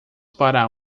para